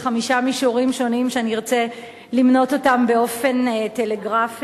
בחמישה מישורים שונים שאני ארצה למנות אותם באופן טלגרפי: